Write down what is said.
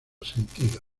sentido